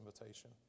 invitation